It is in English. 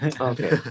okay